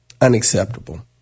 unacceptable